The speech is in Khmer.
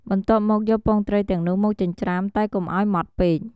បន្ទាប់មក យកពងត្រីទាំងនោះមកចិញ្ច្រាំ តែកុំឱ្យម៉ដ្តពេក។